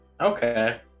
Okay